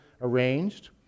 arranged